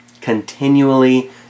Continually